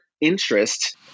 interest